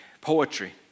poetry